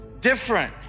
different